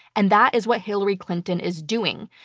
and that is what hillary clinton is doing.